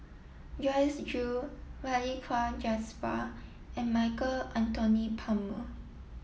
Joyce Jue Balli Kaur Jaswal and Michael Anthony Palmer